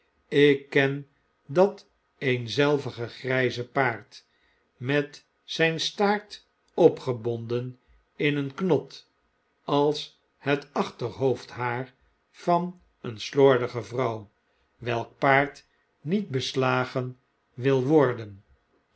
ik ken dat eenzelvige grjze paard met zijn staart opgebonden in een knot als het achterhoofdhaar van een slordige vrouw welk paard niet beslagen wil worden